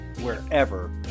wherever